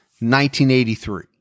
1983